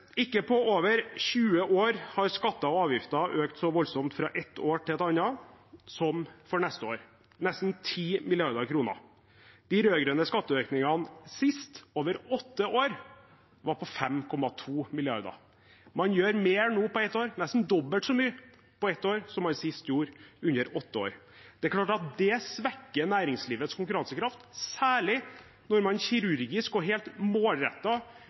Ikke på over 20 år har skatter og avgifter økt så voldsomt fra ett år til et annet som for neste år, nesten 10 mrd. kr. De rød-grønne skatteøkningene sist, over åtte år, var på 5,2 mrd. kr. Man gjør nå nesten dobbelt så mye på ett år som man sist gjorde under åtte år. Det er klart at det svekker næringslivets konkurransekraft, særlig når man kirurgisk og helt